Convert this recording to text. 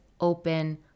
open